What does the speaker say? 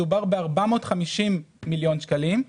מדובר ב-450 מיליון שקלים,